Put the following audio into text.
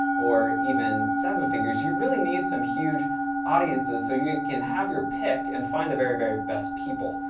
or even seven figures, you really need some huge audiences. so you can have your pick and find the very, very best people.